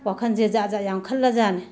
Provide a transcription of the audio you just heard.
ꯋꯥꯈꯟꯁꯦ ꯖꯥꯠ ꯖꯥꯠ ꯌꯥꯝ ꯈꯜꯂꯖꯥꯠꯅꯦ